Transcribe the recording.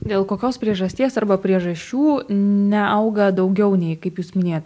dėl kokios priežasties arba priežasčių neauga daugiau nei kaip jūs minėjot